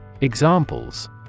Examples